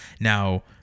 Now